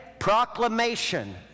proclamation